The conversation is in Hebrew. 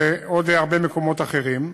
ועוד הרבה מאוד מקומות אחרים.